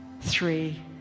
three